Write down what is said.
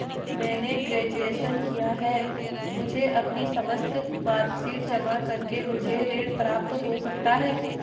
मैंने ग्रेजुएशन किया है मुझे अपनी समस्त मार्कशीट जमा करके मुझे ऋण प्राप्त हो सकता है?